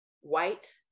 white